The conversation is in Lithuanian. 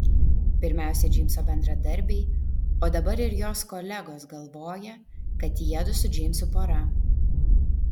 pirmiausia džeimso bendradarbiai o dabar ir jos kolegos galvoja kad jiedu su džeimsu pora